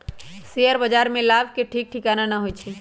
share बाजार में लाभ के ठीक ठिकाना न होइ छइ